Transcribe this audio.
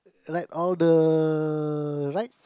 like all the ride